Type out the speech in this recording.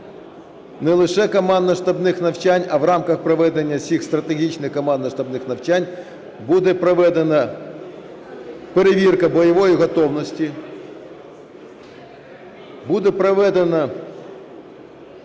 не лише командно-штабних навчань, а в рамках проведення всіх стратегічних командно-штабних навчань буде проведена перевірка бойової готовності, будуть проведені